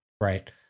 Right